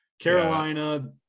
Carolina –